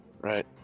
Right